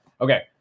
Okay